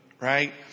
right